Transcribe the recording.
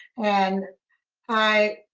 and i,